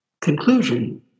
conclusion